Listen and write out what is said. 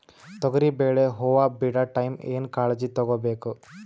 ತೊಗರಿಬೇಳೆ ಹೊವ ಬಿಡ ಟೈಮ್ ಏನ ಕಾಳಜಿ ತಗೋಬೇಕು?